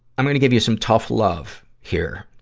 i'm gonna give you some tough love here.